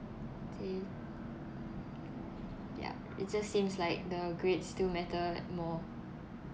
they yeah it just seems like the grades still matter more